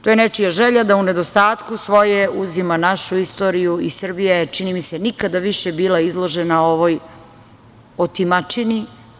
To je nečija želja da u nedostatku svoje uzima našu istoriju i Srbija je, čini mi se, nikada više bila izložena ovoj otimačini.